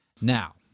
Now